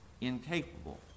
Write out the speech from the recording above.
incapable